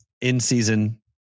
in-season